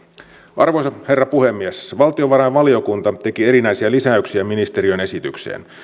arvoisa herra puhemies valtiovarainvaliokunta teki erinäisiä lisäyksiä ministeriön esitykseen